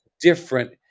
different